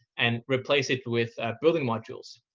and replace it with building modules.